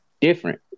different